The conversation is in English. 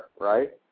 right